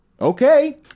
Okay